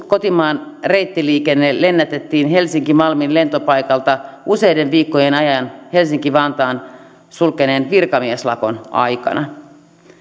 kotimaan reittiliikenne lennettiin helsinki malmin lentopaikalta useiden viikkojen ajan helsinki vantaan sulkeneen virkamieslakon aikana